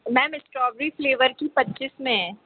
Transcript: ma'am strawberry flavour की पच्चीस में है